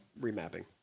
remapping